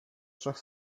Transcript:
trzech